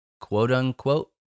quote-unquote